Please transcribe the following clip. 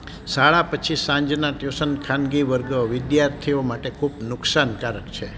શાળા પછી સાંજના ટયુશન ખાનગી વર્ગ વિદ્યાર્થીઓ માટે ખૂબ નુકસાનકારક છે